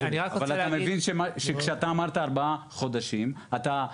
אבל אתה מבין שכשאתה אמרת ארבעה חודשים אתה,